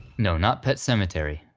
no, not pet sematary,